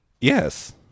Yes